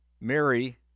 Mary